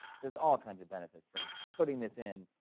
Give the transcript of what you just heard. there's all kinds of benefits from putting this in,